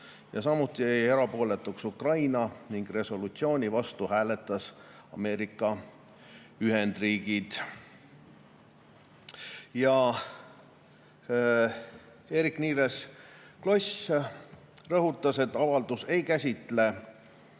samuti jäi erapooletuks Ukraina ning resolutsiooni vastu hääletasid Ameerika Ühendriigid. Eerik-Niiles Kross rõhutas, et avaldus ei käsitle